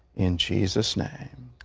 in jesus' name.